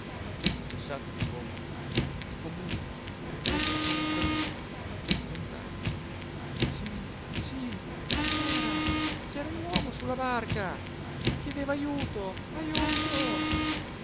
mare cessato il rimbombo i commenti ripresero come sperduti lontani sí sí c'era c'era un uomo sulla barca chiedeva ajuto ajuto